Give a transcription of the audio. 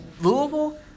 Louisville